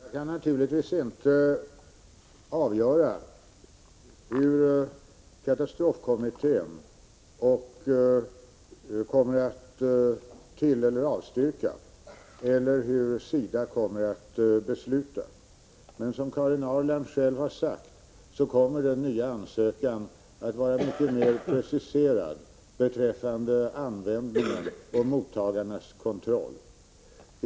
Fru talman! Jag kan naturligtvis inte avgöra om katastrofkommittén kommer att tillstyrka eller avstyrka eller hur SIDA kommer att besluta. Som Karin Ahrland själv har sagt kommer den nya ansökan att vara mycket mer preciserad beträffande användningen och mottagarnas kontroll.